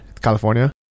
California